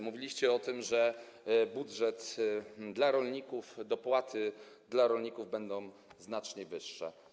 Mówiliście o tym, że budżet dla rolników, dopłaty dla rolników będą znacznie wyższe.